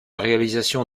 réalisation